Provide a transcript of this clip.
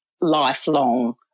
lifelong